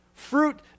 Fruit